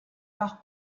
par